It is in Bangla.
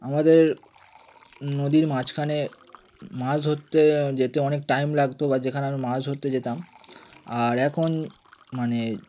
আমাদের নদীর মাঝখানে মাছ ধরতে যেতে অনেক টাইম লাগতো বা যেখানে আমি মাছ ধরতে যেতাম আর এখন মানে